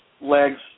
legs